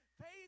faith